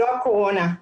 לא הקורונה.